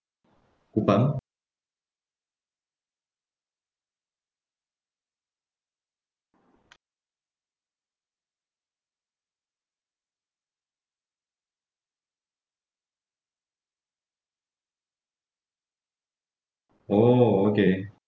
kupang oh okay